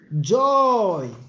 joy